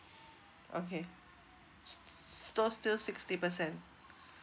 okay so still sixty percent